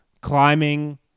climbing